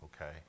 okay